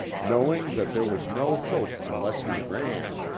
knowing that there was no hope unless he ran,